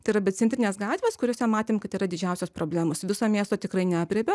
tai yra be centrinės gatvės kuriose matėm kad yra didžiausios problemos viso miesto tikrai neaprėpia